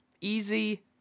easy